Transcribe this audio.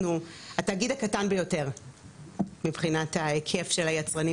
התאגיד הקטן ביותר מבחינת ההיקף של שהיצרנים